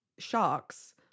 sharks